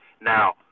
now